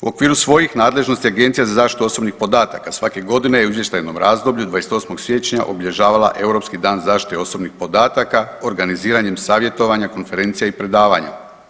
U okviru svojih nadležnosti Agencija za zaštitu osobnih podataka svake godine je u izvještajnom razdoblju 28. siječnja obilježavala Europski dan zaštite osobnih podataka organiziranjem savjetovanja, konferencija i predavanja.